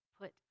put